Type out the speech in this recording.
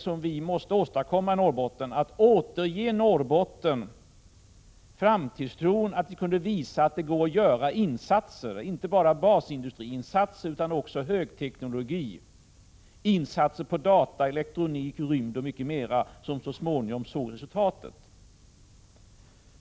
Det vi måste / z ; å Om konsumentprisåstadkomma var att återge norrbottningarna framtidstron. Vi måste visa att index ockrea lörd det gick att göra insatser, inte bara basindustriinsatser utan insatser också på ö högteknologins område, t.ex. data, elektronik, rymd och mycket mera, så att norrbottningarna så småningom såg resultatet.